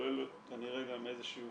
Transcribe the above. כולל כנראה גם איזשהו